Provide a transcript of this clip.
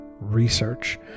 research